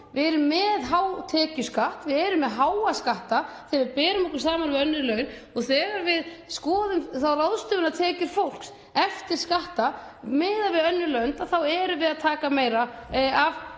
Við erum með hátekjuskatt. Við erum með háa skatta þegar við berum okkur saman við önnur lönd og þegar við skoðum ráðstöfunartekjur fólks eftir skatta miðað við önnur lönd þá erum við að taka meira af